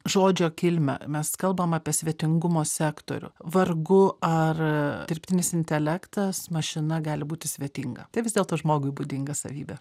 žodžio kilmę mes kalbam apie svetingumo sektorių vargu ar dirbtinis intelektas mašina gali būti svetinga tai vis dėlto žmogui būdinga savybė